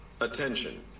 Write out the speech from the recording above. Attention